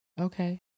okay